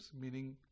meaning